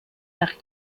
nach